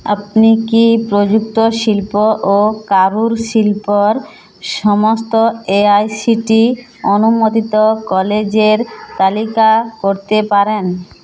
আপনি কি প্রযুক্ত শিল্প ও কারুশিল্পর সমস্ত এআইসিটি অনুমোদিত কলেজের তালিকা করতে পারেন